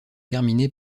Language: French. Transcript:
terminée